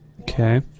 Okay